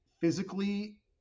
physically